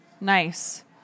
Nice